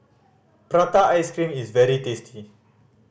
prata ice cream is very tasty